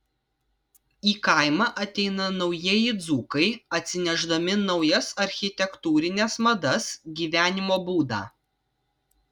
į kaimą ateina naujieji dzūkai atsinešdami naujas architektūrines madas gyvenimo būdą